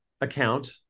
account